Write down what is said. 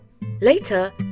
Later